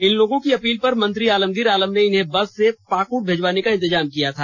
इनलोगों की अपील पर मंत्री आलमगीर आलम ने इन्हें बस से पाक्ड भेजवाने का इंतजाम किया था